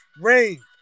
Rain